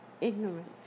ignorance